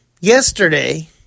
yesterday